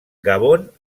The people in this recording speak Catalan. gabon